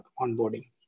onboarding